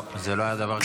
לא, לא היה דבר כזה.